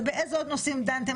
באיזה עוד נושאים דנתם,